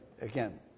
again